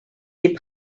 des